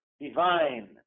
divine